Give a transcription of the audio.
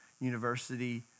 University